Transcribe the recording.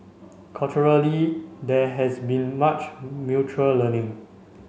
culturally there has been much mutual learning